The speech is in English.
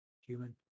human